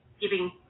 giving